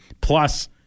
plus